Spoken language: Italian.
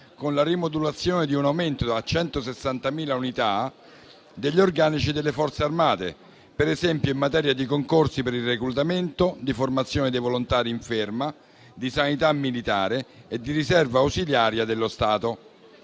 con la rimodulazione di un aumento da 160.000 unità degli organici delle Forze armate, per esempio in materia di concorsi per il reclutamento, di formazione dei volontari in ferma, di sanità militare e di riserva ausiliaria dello Stato.